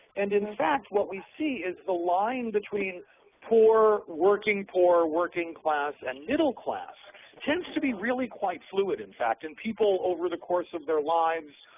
and, in fact, what we see is the line between poor, working poor, working class, and middle class tends to be really quite fluid, in fact, and people, over the course of their lives,